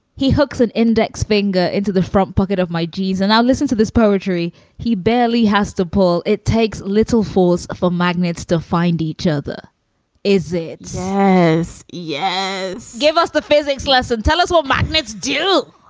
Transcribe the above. he hooks an index finger into the front pocket of my jeans and i listen to this poetry he barely has to pull it takes little falls for magnets to find each other is it says yes give us the physics lesson. tell us what magnets do